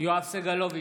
יואב סגלוביץ'